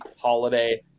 holiday